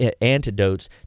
antidotes